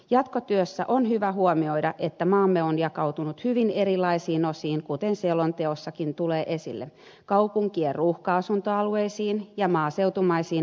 jatkotyössä on hyvä huomioida että maamme on jakautunut hyvin erilaisiin osiin kuten selonteossakin tulee esille kaupunkien ruuhka asuntoalueisiin ja maaseutumaisiin harvaanasuttuihin alueisiin